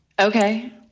Okay